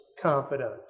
confidence